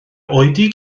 oedi